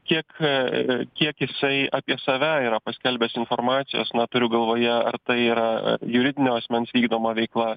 kiek kiek jisai apie save yra paskelbęs informacijos na turiu galvoje ar tai yra juridinio asmens vykdoma veikla